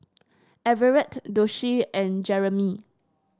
Everett Doshie and Jeramie